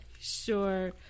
sure